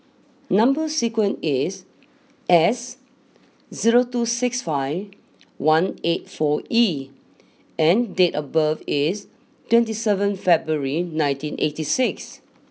number sequence is S zero two six five one eight four E and date of birth is twenty seven February nineteen eighty six